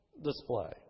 display